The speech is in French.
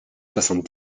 soixante